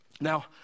Now